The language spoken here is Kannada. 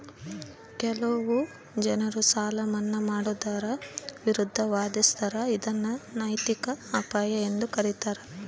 ಕೆಲವು ಜನರು ಸಾಲ ಮನ್ನಾ ಮಾಡುವುದರ ವಿರುದ್ಧ ವಾದಿಸ್ತರ ಇದನ್ನು ನೈತಿಕ ಅಪಾಯ ಎಂದು ಕರೀತಾರ